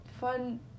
fun